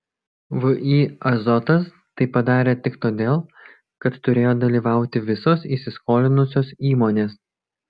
vį azotas tai padarė tik todėl kad turėjo dalyvauti visos įsiskolinusios įmonės